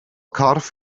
corff